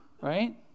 right